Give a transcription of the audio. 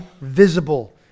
visible